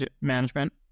management